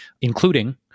including